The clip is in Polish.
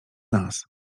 nas